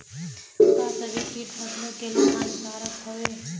का सभी कीट फसलों के लिए हानिकारक हवें?